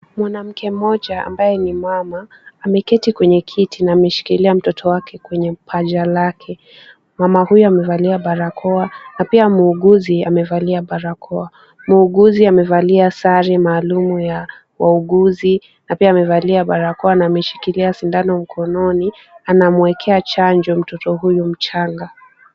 Mwanamke mmoja ambaye ni mama, ameketi kwenye kiti na ameshikilia mtoto wake kwenye paja lake. Mama huyu amevalia balakoa na pia muuguzi amevalia balakoa. Muuguzi amevalia sare maalum ya wauguzi na pia amevalia balakoa na ameshikilia sindano mkononi. Anamwekea chanjo mtoto huyu mchanga.